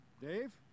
Dave